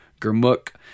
Gurmukh